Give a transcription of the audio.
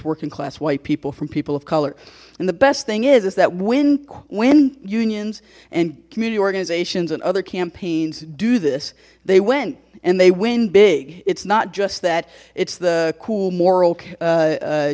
working class white people from people of color and the best thing is is that when when unions and community organizations and other campaigns do this they went and they win big it's not just that it's the cool moral